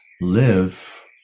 live